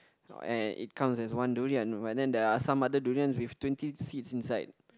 and it comes as one durian but then there are some other durians with twenty seeds inside